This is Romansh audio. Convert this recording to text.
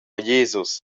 jesus